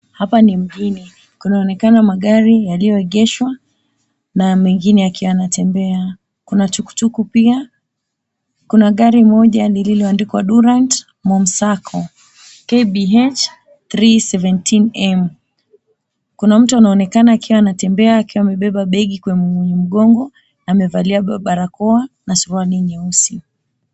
Hapa ni mjini kunaonekana magari yaliyoegeshwa na mengine yakiwa yanatembea kuna tukutuku pia. Kuna gari moja lililoandikwa Durat Moon Sacco KBH 317M. Kuna mtu anaonekana akiwa anatembea akiwa amebeba begi kwenye mgongo amevalia barakoa na suruali nyeusi.